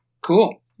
Cool